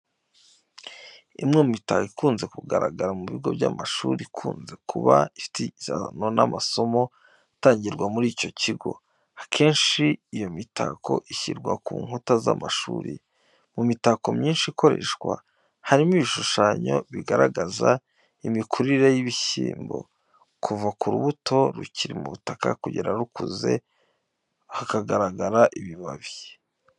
Imwe mu mitako ikunze kugaragara ku bigo by'amashuri, ikunze kuba ifitanye isano n'amasomo atangirwa muri icyo kigo. Akenshi iyo mitako ishyirwa ku nkuta z'amashuri. Mu mitako myinshi ikoreshwa, harimo ibishushanyo bigaragaza imikurire y'ibishyimbo, kuva ku rubuto rukiri mu butaka kugeza rukuze, hakagaragara ibibabi.